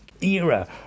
era